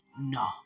No